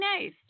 nice